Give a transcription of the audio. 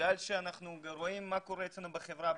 אנחנו רואים מה קורה אצלנו בחברה,